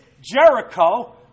Jericho